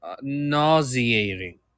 Nauseating